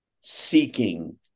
seeking